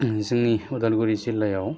जोंनि उदालगुरि जिल्लायाव